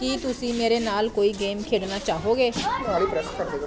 ਕੀ ਤੁਸੀਂ ਮੇਰੇ ਨਾਲ ਕੋਈ ਗੇਮ ਖੇਡਣਾ ਚਾਹੋਗੇ